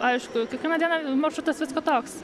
aišku kiekvieną dieną maršrutas vis kitoks